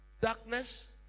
Darkness